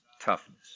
toughness